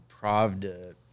Pravda